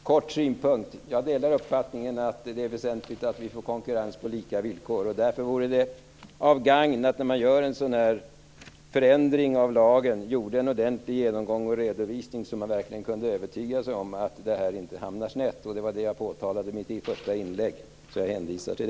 Herr talman! En kort synpunkt. Jag delar uppfattningen att det är väsentligt att vi får konkurrens på lika villkor. Därför vore det till gagn om man när man genomför en sådan här förändring av lagen gjorde en ordentlig genomgång och redovisning, så att man verkligen kan övertyga sig om att inte hamna snett. Detta påpekade jag i mitt första inlägg, som jag hänvisar till.